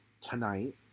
tonight